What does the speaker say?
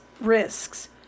risks